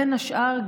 בין השאר,